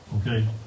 Okay